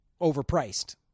overpriced